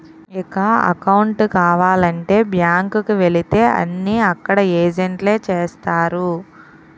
ఇక అకౌంటు కావాలంటే బ్యాంకు కు వెళితే అన్నీ అక్కడ ఏజెంట్లే చేస్తారు